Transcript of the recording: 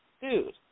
dude